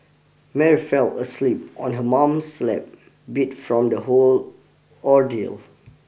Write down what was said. Mary fell asleep on her mom's lap beat from the whole ordeal